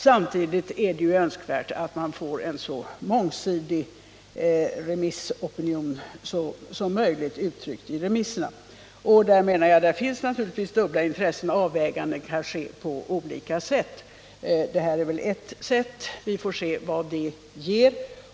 Samtidigt är det ju önskvärt att man får en så mångsidig remissopinion som möjligt uttryckt i remissvaren. Och här, menar jag, finns det naturligtvis olika intressen — avvägningar kan ske på olika sätt. Det här är ert sätt. Vi får se vad det ger.